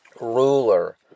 ruler